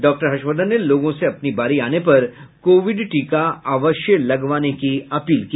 doctor Harshvardhan ने लोगों से अपनी बारी आने पर कोविड टीका अवश्य लगवाने की अपील की